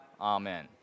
Amen